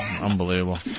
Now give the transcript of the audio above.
Unbelievable